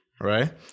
right